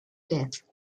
death